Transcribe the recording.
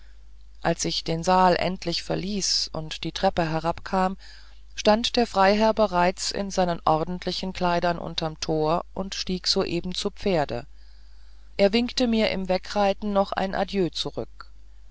als ich den saal endlich verließ und die treppe herabkam stand der freiherr bereits in seinen ordentlichen kleidern unterm tor und stieg soeben zu pferde er winkte mir im wegreiten noch ein adieu zurück